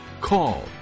Call